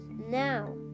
Now